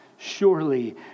Surely